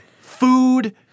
food